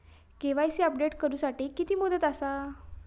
KYC update करू साठी किती मुदत आसा?